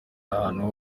ahantu